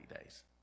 days